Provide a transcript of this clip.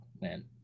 man